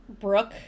Brooke